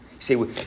see